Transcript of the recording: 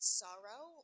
sorrow